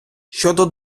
щодо